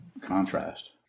contrast